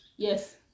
Yes